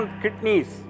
kidneys